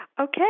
Okay